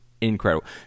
incredible